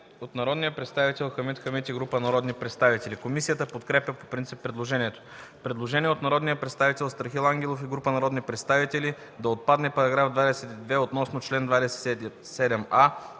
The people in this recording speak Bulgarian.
от народния представител Хамид Хамид и група народни представители. Комисията подкрепя по принцип предложението. Предложение от народния представител Страхил Ангелов и група народни представители. Комисията по принцип